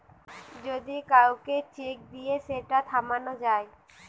যদি কাউকে চেক দিয়ে সেটা থামানো যায়